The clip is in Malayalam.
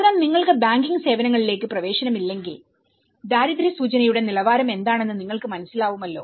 അതിനാൽ നിങ്ങൾക്ക് ബാങ്കിംഗ് സേവനങ്ങളിലേക്ക് പ്രവേശനം ഇല്ലെങ്കിൽ ദാരിദ്ര്യ സൂചനയുടെ നിലവാരം എന്താണെന്ന് നിങ്ങൾക്ക് മനസ്സിലാവുമല്ലോ